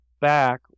back